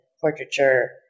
portraiture